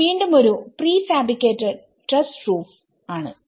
ഇത് വീണ്ടുമൊരു prefabricated trussed roof ആണ്